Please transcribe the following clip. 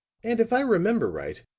and if i remember right,